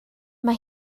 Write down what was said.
mae